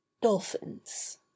Dolphins